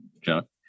John